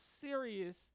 serious